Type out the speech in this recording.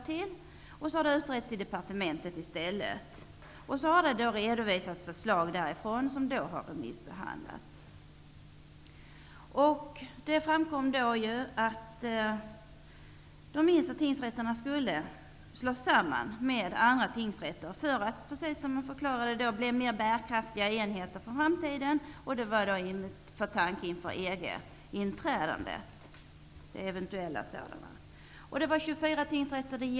Frågan har i stället utretts inom departementet. Förslag därifrån har redovisats, och de har remissbehandlats. Man har kommit fram till att de minsta tingsrätterna skulle slås samman med andra tingsrätter för att, som man förklarade, bli mer bärkraftiga enheter för framtiden med tanke på eventuellt EG-inträde. Förslaget gällde 24 tingsrätter.